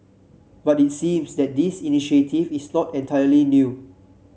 but it seems that this initiative is not entirely new